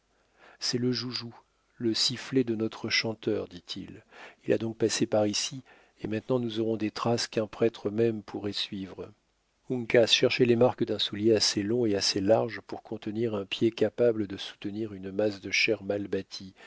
c'est le joujou le sifflet de notre chanteur dit-il il a donc passé par ici et maintenant nous aurons des traces qu'un prêtre même pourrait suivre uncas cherchez les marques d'un soulier assez long et assez large pour contenir un pied capable de soutenir une masse de chair mal bâtie